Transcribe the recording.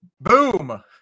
Boom